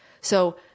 So-